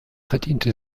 verdiente